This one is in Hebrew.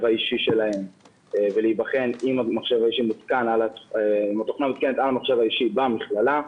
האישי שלהם ולהיבחן עם התוכנה מותקנת על המחשב האישי במכללה.